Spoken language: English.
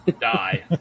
Die